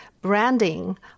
branding